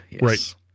Right